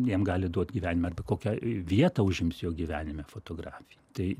jam gali duot gyvenime arba kokią vietą užims jo gyvenime fotografija tai